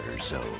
Zone